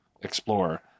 explorer